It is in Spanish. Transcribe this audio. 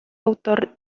autor